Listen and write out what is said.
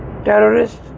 terrorists